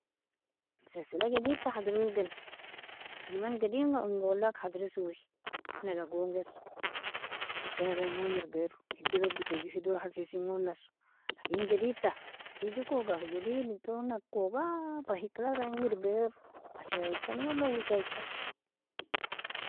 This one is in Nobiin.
Musalsala jaded hadrero gena, man gademga ingawalak hadrersoi nalagongiso hikalagrain gon irbiro, hedolog betyajo hedolog khalsisngon naso lakin jadedta tigjekoga hajadedlton nakoga, fahikalagrain girbiro ashraikan wala osaikan.